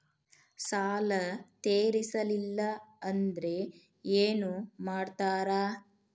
ಸಾಲ ತೇರಿಸಲಿಲ್ಲ ಅಂದ್ರೆ ಏನು ಮಾಡ್ತಾರಾ?